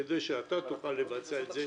כדי שאתה תוכל לבצע את זה